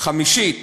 חמישית